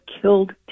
killed